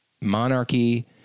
monarchy